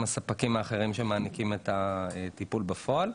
הספקים האחרים שמעניקים את הטיפול בפועל.